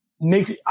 makes